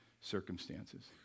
circumstances